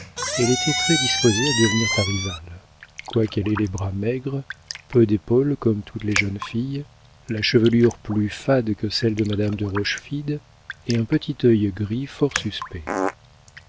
elle était très disposée à devenir ta rivale quoiqu'elle ait les bras maigres peu d'épaules comme toutes les jeunes filles la chevelure plus fade que celle de madame de rochefide et un petit œil gris fort suspect